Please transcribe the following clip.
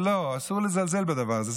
לא, אסור לזלזל בדבר הזה.